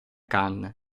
khan